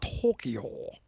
Tokyo